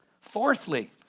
Fourthly